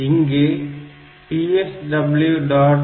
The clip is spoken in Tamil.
இங்கே PSW